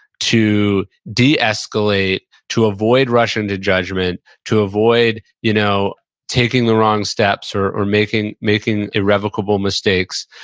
to de-escalate, to avoid rush into judgment, to avoid you know taking the wrong steps or or making making irrevocable mistakes.